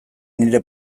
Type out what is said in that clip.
nire